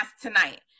tonight